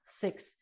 six